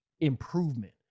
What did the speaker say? improvement